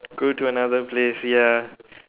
go to another place ya